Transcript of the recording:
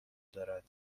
دارد